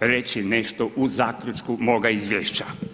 reći nešto u zaključku moga izvješća.